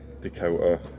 Dakota